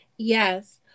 Yes